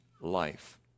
life